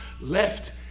left